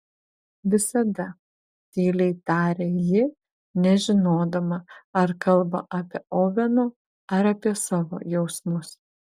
visada tyliai tarė ji nežinodama ar kalba apie oveno ar apie savo jausmus